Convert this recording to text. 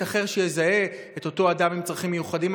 אחר שיזהה את אותו אדם עם צרכים מיוחדים,